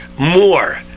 more